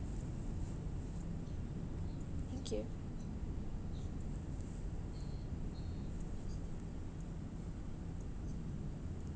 thank you